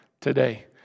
today